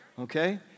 Okay